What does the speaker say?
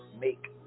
make